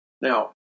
Now